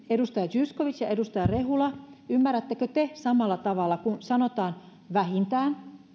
edustaja zyskowicz ja edustaja rehula ymmärrättekö te samalla tavalla kun sanotaan vähintään